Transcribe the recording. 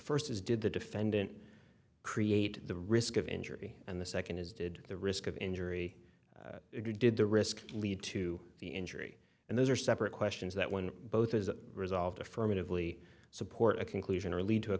first is did the defendant create the risk of injury and the second is did the risk of injury or did the risk lead to the injury and those are separate questions that when both is resolved affirmatively support a conclusion or lead